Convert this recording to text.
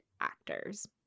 actors